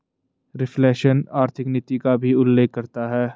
reflation आर्थिक नीति का भी उल्लेख करता है